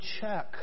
check